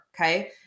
Okay